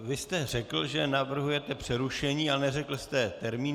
Vy jste řekl, že navrhujete přerušení, ale neřekl jste termín.